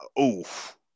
oof